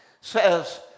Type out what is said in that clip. says